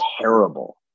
terrible